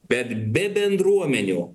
bet be bendruomenių